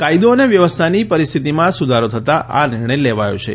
કાથદો અને વ્યવસ્થાની પરીસ્થિતિમાં સુધારો થતાં આ નિર્ણય લેવાયો છે